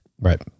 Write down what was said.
Right